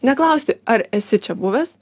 neklausti ar esi čia buvęs